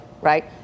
right